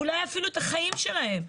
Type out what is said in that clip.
ואולי אפילו את החיים שלהם.